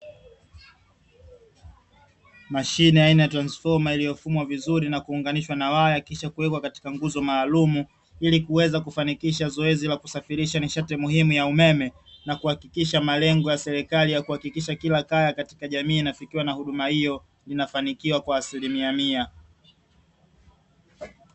Mashine aina ya transifoma, iliyofumwa vizuri na kuunganishwa na waya kisha kuwekwa katika nguzo maalumu, ili kuweza kufanikisha zoezi la kusafirisha nishati muhimu ya umeme na kuhakikisha malengo ya serikali ya kuhakikisha kila kaya katika jamii inafikiwa na huduma hiyo, inafanikiwa kwa asilimia mia.